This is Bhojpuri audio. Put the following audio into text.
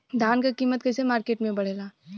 धान क कीमत कईसे मार्केट में बड़ेला?